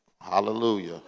Hallelujah